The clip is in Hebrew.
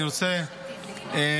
אני רוצה להגיד,